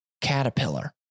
caterpillar